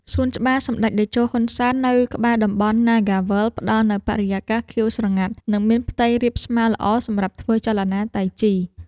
សួនច្បារសម្ដេចតេជោ ហ៊ុន សែន នៅក្បែរតំបន់ណាហ្គាវើលដ៍ ផ្ដល់នូវបរិយាកាសខៀវស្រងាត់ និងមានផ្ទៃរាបស្មើល្អសម្រាប់ធ្វើចលនាតៃជី។